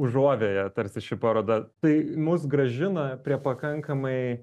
užuovėja tarsi ši paroda tai mus grąžina prie pakankamai